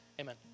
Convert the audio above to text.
Amen